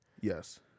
Yes